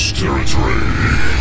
territory